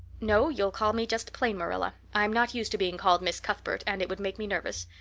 no you'll call me just plain marilla. i'm not used to being called miss cuthbert and it would make me nervous.